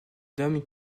nomme